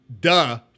duh